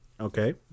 Okay